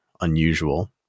unusual